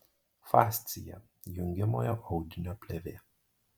fascija jungiamojo audinio plėvė